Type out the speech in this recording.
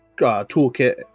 toolkit